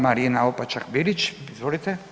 Marina Opačak Bilić, izvolite.